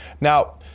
Now